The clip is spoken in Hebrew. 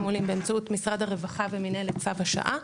עולים באמצעות משרד הרווחה ומינהלת "צו השעה",